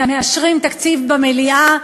מאשרים תקציב במליאה,